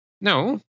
No